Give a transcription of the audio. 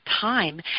time